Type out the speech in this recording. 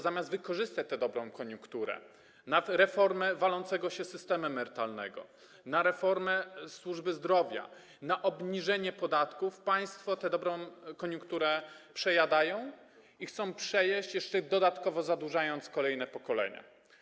Zamiast wykorzystać tę dobrą koniunkturę do przeprowadzenia reformy walącego się systemu emerytalnego, reformy służby zdrowia i obniżenia podatków, państwo tę dobrą koniunkturę przejadają i chcą przejeść, jeszcze dodatkowo zadłużając kolejne pokolenia.